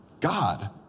God